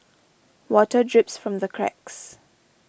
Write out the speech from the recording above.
water drips from the cracks